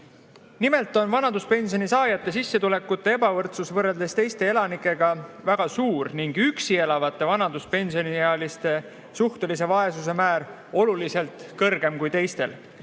Nimelt on vanaduspensioni saajate sissetulekute ebavõrdsus võrreldes teiste elanikega väga suur ning üksi elavate vanaduspensioniealiste suhtelise vaesuse määr oluliselt kõrgem kui teistel.